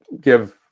give